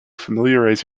familiarize